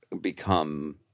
become